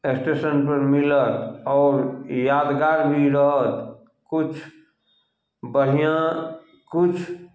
स्टेशनपर मिलत आओर यादगार भी रहत किछु बढ़िआँ किछु